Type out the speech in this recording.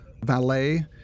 valet